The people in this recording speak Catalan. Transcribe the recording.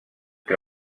que